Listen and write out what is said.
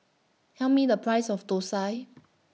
Tell Me The Price of Thosai